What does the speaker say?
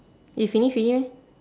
you finish already meh